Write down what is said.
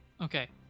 Okay